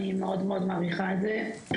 אני מאוד מאוד מעריכה את זה.